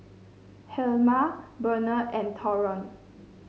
Helma Burnell and Tyron